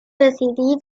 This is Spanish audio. decidido